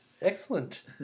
excellent